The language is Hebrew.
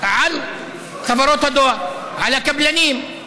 על חברות הדואר, על הקבלנים?